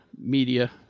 media